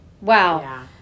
Wow